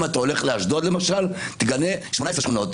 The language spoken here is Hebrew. אם אתה הולך לאשדוד, למשל, תגלה 18 שכונות.